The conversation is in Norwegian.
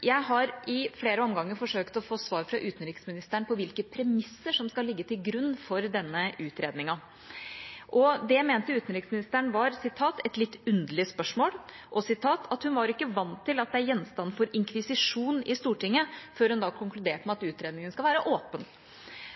Jeg har i flere omganger forsøkt å få svar fra utenriksministeren om hvilke premisser som skal ligge til grunn for denne utredningen. Det mente utenriksministeren var «et litt underlig spørsmål», og hun var ikke «vant til at det er gjenstand for inkvisisjon i stortingssalen», før hun da konkluderte med at utredningen skal være åpen.